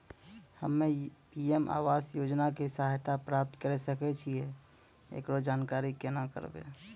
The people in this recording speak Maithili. हम्मे पी.एम आवास योजना के सहायता प्राप्त करें सकय छियै, एकरो जानकारी केना करबै?